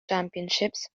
championships